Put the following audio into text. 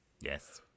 Yes